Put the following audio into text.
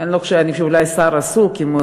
אני לא חושבת,